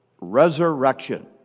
resurrection